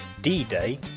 D-Day